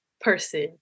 person